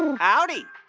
howdy